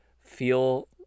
feel